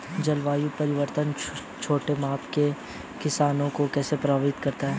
जलवायु परिवर्तन छोटे पैमाने के किसानों को कैसे प्रभावित करता है?